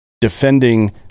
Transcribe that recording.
defending